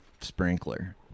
sprinkler